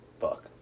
fuck